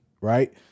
right